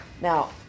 Now